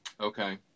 Okay